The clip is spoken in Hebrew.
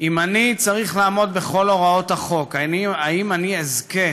אם אני צריך לעמוד בכל הוראות החוק, האם אני אזכה